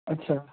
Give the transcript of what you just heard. ਅੱਛਾ